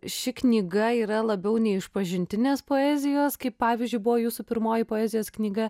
ši knyga yra labiau ne išpažintinės poezijos kaip pavyzdžiui buvo jūsų pirmoji poezijos knyga